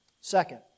Second